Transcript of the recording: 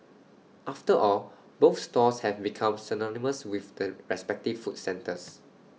after all both stalls have become synonymous with the respective food centres